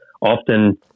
often